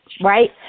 right